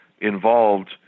involved